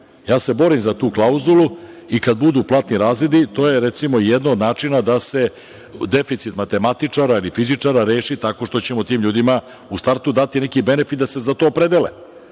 Ja se borim za tu klauzulu, i kada budu platni razredi, to je recimo jedan od načina da se deficit matematičara ili fizičara reši tako što ćemo tim ljudima u startu dati neki benefit da se za to opredele,